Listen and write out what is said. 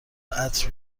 عطر